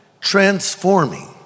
transforming